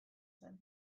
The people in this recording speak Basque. zen